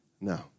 No